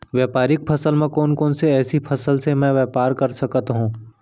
व्यापारिक फसल म कोन कोन एसई फसल से मैं व्यापार कर सकत हो?